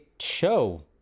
show